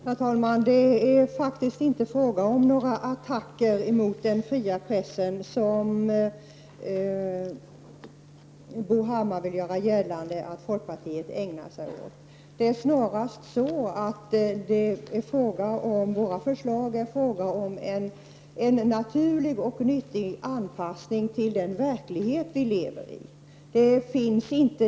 Herr talman! Det är faktiskt inte fråga om några attacker mot den fria pressen, vilket Bo Hammar vill göra gällande att folkpartiet ägnar sig åt. Det är snarast så att våra förslag är en naturlig och nyttig anpassning till den verklighet vi lever i.